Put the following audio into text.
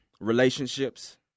Relationships